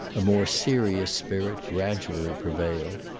a more serious spirit gradually prevailed.